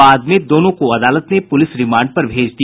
बाद मे दोनों को अदालत ने पुलिस रिमांड पर भेज दिया